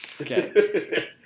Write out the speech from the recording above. Okay